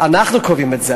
אנחנו קובעים את זה,